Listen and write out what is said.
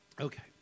Okay